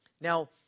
Now